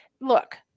Look